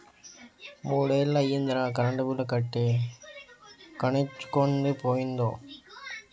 మూడ్నెల్లయ్యిందిరా current bill కట్టీ కనెచ్చనుందో పోయిందో